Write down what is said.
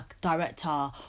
director